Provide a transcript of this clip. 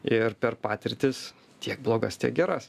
ir per patirtis tiek blogas tiek geras